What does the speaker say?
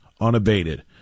unabated